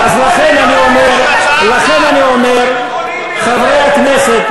אז לכן אני אומר, זאת הצעה אחת.